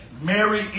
Mary